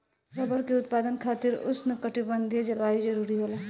rubber के उत्पादन खातिर उष्णकटिबंधीय जलवायु जरुरी होला